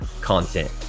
content